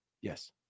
Yes